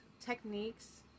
techniques